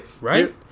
Right